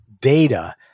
data